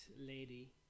lady